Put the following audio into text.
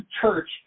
Church